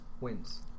wins